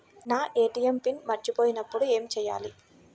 నా ATM PIN మర్చిపోయినప్పుడు ఏమి చేయాలి?